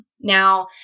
Now